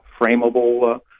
frameable